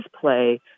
play